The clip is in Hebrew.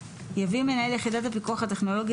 יביא מנהל יחידת הפיקוח הטכנולוגי